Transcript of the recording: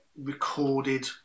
recorded